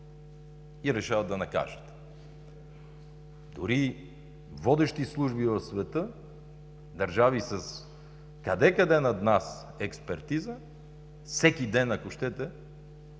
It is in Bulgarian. и решават да накажат. Дори водещи служби в света, държави с къде, къде над нас експертиза, всеки ден, ако щете,